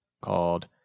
called